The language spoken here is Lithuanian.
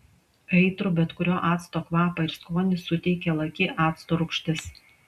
aitrų bet kurio acto kvapą ir skonį suteikia laki acto rūgštis